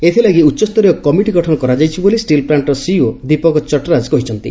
ଏଥିଲାଗି ଉଚ୍ଚସ୍ତରୀୟ କମିଟି ଗଠନ କରାଯାଇଛି ବୋଲି ଷ୍ଟିଲ ପ୍ଲାକ୍ଷର ସିଇଓ ଦୀପକ ଚଟରାକ୍ କହିଛନ୍ତି